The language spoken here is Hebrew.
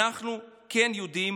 אנחנו כן יודעים